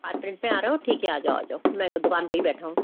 पाँच मिनट में आ रहे हो ठीक है आ जाओ आ जाओ मैं वो दुकान पे ही बैठा हूँ